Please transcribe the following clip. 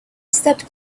stepped